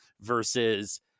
versus